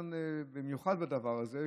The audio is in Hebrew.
במיוחד בדבר הזה,